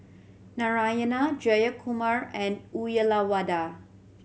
Narayana Jayakumar and Uyyalawada